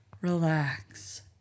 relax